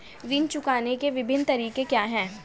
ऋण चुकाने के विभिन्न तरीके क्या हैं?